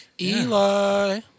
Eli